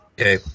Okay